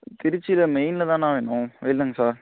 திருச்சியில் மெயின்லதாண்ணா வேணும் இல்லைங்க சார்